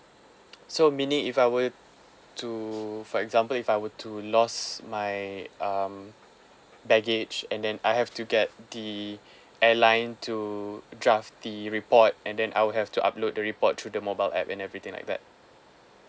so mean it if I were to for example if I were to lost my um baggage and then I have to get the airline to draft the report and then I'll have to upload the report to the mobile app and everything like that